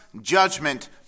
judgment